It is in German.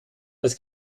das